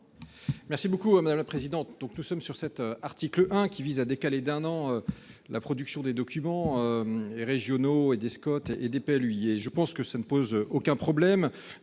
Merci beaucoup madame la présidente. Donc nous sommes sur cet article 1 qui vise à décaler d'un an, la production des documents. Et régionaux et des Scott et des lui et je pense que ça ne pose aucun problème.